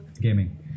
Gaming